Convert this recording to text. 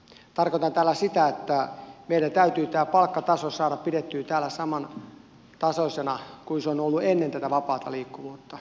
tarkoitan tällä sitä että meidän täytyy tämä palkkataso saada pidettyä täällä samantasoisena kuin se on ollut ennen tätä vapaata liikkuvuutta